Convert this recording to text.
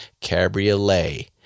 Cabriolet